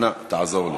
אנא, תעזור לי.